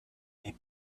they